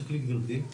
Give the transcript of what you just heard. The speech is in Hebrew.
תסתכלי גבירתי,